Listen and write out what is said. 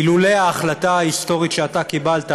אילולא ההחלטה ההיסטורית שאתה קיבלת,